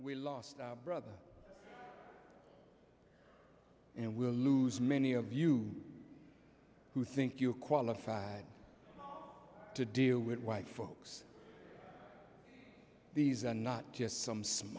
we lost a brother and we'll lose many of you who think you're qualified to deal with white folks these are not just some s